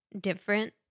different